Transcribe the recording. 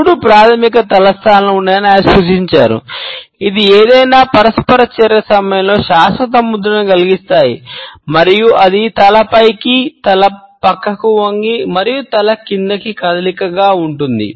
మూడు ప్రాథమిక తల స్థానాలు ఉన్నాయని ఆయన సూచించారు ఇవి ఏదైనా పరస్పర చర్య సమయంలో శాశ్వత ముద్రను కలిగిస్తాయి మరియు అది తల పైకి ఉంటుంది